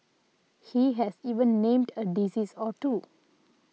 he has even named a disease or two